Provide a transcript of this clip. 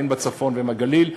הן בצפון והן בגליל,